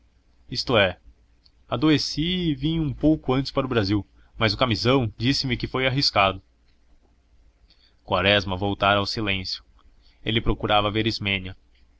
isto é adoeci e vim um pouco antes para o brasil mas o camisão disse-me que foi arriscado quaresma voltara ao silêncio ele procurava ver ismênia